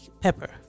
pepper